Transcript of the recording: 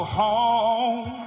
home